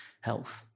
health